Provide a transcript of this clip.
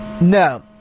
No